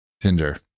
tinder